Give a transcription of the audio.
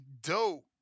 dope